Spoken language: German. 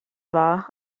war